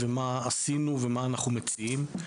מה עשינו ומה אנחנו מציעים.